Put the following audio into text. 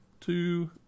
two